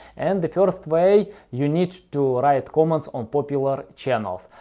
and the first way, you need to write comments on popular channels.